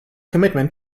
commitment